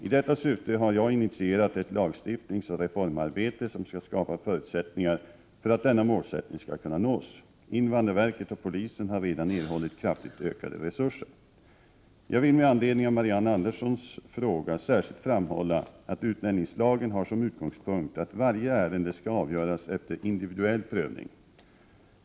I detta syfte har jag initierat ett lagstiftningsoch reformarbete som skall skapa förutsättningar för att denna målsättning skall kunna nås. Invandrarverket och polisen har redan erhållit kraftigt ökade resurser. Jag vill med anledning av Marianne Anderssons fråga särskilt framhålla att utlänningslagen har som utgångspunkt att varje ärende skall avgöras efter individuell prövning.